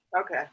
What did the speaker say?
Okay